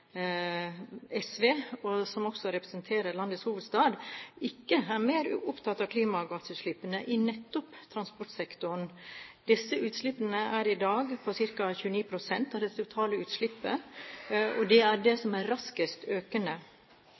SV, som også representerer landets hovedstad, ikke er mer opptatt av klimagassutslippene i nettopp transportsektoren. Disse utslippene er i dag på ca. 29 pst. av det totale utslippet, og er det som er raskest økende.